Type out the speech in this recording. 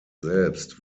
selbst